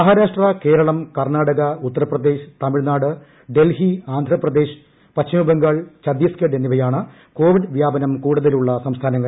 മഹാരാഷ്ട്ര കേരളം കർണ്ണാടക ഉത്തർപ്രദേശ് തമിഴ്നാട് ഡൽഹി ആന്ധ്രാപ്രദേശ് പശ്ചിമബംഗാൾ ഛത്തീസ്ഗഡ് എന്നിവയാണ് കോവിഡ് വ്യാപനം കൂടുതലുള്ള സംസ്ഥാനങ്ങൾ